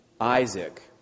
Isaac